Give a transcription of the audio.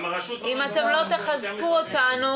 אם לא תחזקו אותנו,